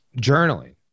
journaling